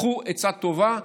קחו עצה טובה,